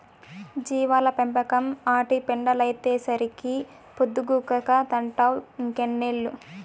జీవాల పెంపకం, ఆటి పెండలైతేసరికే పొద్దుగూకతంటావ్ ఇంకెన్నేళ్ళు